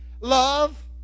Love